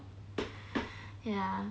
ya